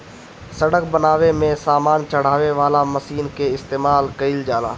सड़क बनावे में सामान चढ़ावे वाला मशीन कअ इस्तेमाल कइल जाला